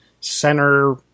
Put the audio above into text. center